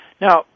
Now